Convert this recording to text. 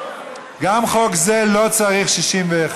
גם חוק זה לא צריך 61,